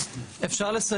אפשר לסיים.